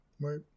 Right